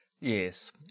Yes